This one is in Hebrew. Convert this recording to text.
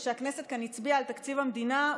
שהכנסת הצביעה כאן על תקציב המדינה,